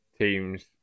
teams